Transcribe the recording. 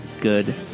Good